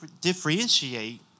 differentiate